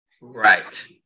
Right